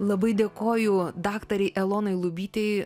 labai dėkoju daktarei elonai lubytei